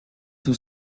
tout